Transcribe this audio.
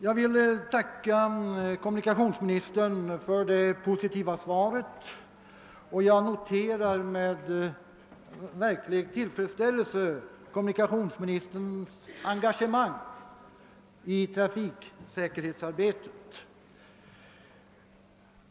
Jag vill tacka kommunikationsministern för det positiva svaret. Jag noterar med verklig tillfredsställelse hans engagemang i trafiksäkerhetsarbetet.